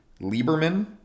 Lieberman